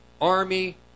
army